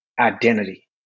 identity